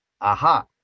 Aha